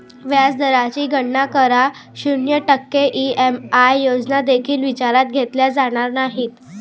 व्याज दराची गणना करा, शून्य टक्के ई.एम.आय योजना देखील विचारात घेतल्या जाणार नाहीत